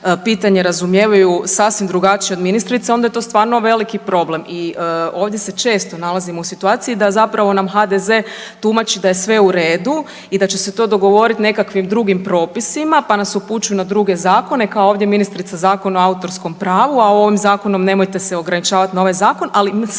pitanje razumijevaju sasvim drugačije od ministrice, onda je to stvarno veliki problem i ovdje se često nalazimo u situaciji da zapravo nam HDZ-e tumači da je sve u redu i da će se to dogovoriti nekakvim drugim propisima, pa nas upućuju na druge zakone kao ovdje ministrica Zakon o autorskom pravom, a u ovom zakonu nemojte se ograničavati na ovaj zakon. Ali svi